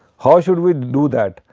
how should we do that?